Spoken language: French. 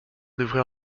d’ouvrir